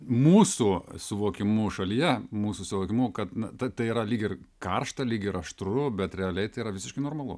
mūsų suvokimu šalyje mūsų suvokimu kad na tai yra lyg ir karšta lyg ir aštru bet realiai tai yra visiškai normalu